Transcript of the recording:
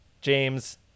James